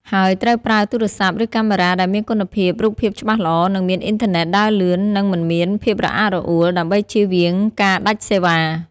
ហើយត្រូវប្រើទូរស័ព្ទ ឬកាមេរ៉ាដែលមានគុណភាពរូបភាពច្បាស់ល្អ និងមានអ៊ីនធឺណិតដើរលឿន និងមិនមានភាពរអាក់រអួល ដើម្បីជៀសវាងការដាច់សេវ៉ា។